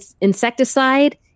insecticide